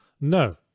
no